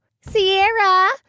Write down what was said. Sierra